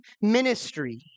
ministry